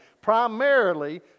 primarily